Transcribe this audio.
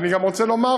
ואני גם רוצה לומר,